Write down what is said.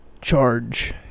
charge